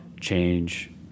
change